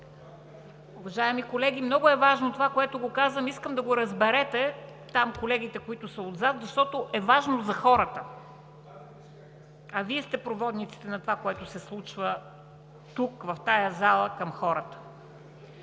Уважаеми колеги, много е важно това, което казвам, искам да го разберете – там колегите, които са отзад… Защото е важно за хората, а Вие сте проводниците към тях на това, което се случва тук – в залата.